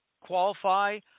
qualify